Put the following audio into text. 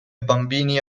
bambini